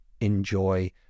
enjoy